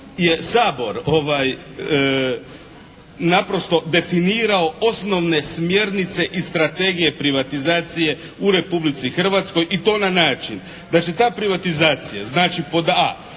je Sabor naprosto definirao osnovne smjernice i strategije privatizacije u Republici Hrvatskoj i to na način da će ta privatizacija znači pod a)